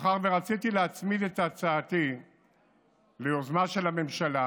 מאחר שרציתי להצמיד את הצעתי ליוזמה של הממשלה,